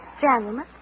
Gentlemen